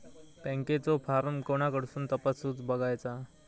बँकेचो फार्म कोणाकडसून तपासूच बगायचा?